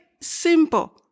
simple